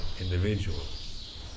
individuals